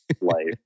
life